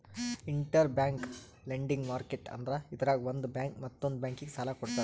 interbank lending market ಅಂದ್ರ ಇದ್ರಾಗ್ ಒಂದ್ ಬ್ಯಾಂಕ್ ಮತ್ತೊಂದ್ ಬ್ಯಾಂಕಿಗ್ ಸಾಲ ಕೊಡ್ತದ್